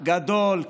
גדול,